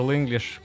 English